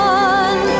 one